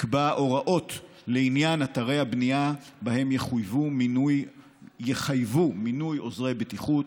יקבע הוראות לעניין אתרי הבנייה שבהם יחייבו מינוי עוזרי בטיחות.